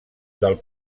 del